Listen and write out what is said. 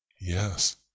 yes